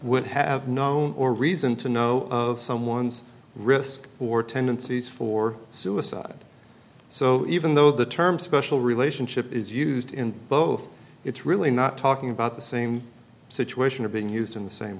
would have known or reason to know of someone's risk or tendencies for suicide so even though the term special relationship is used in both it's really not talking about the same situation or being used in the same